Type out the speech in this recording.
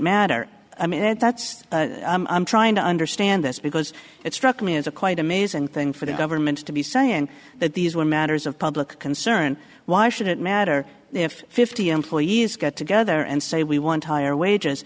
matter i mean that's i'm trying to understand this because it struck me as a quite amazing thing for the government to be saying that these were matters of public concern why should it matter if fifty employees get together and say we want higher wages